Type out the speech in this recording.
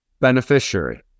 beneficiary